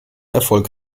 erfolg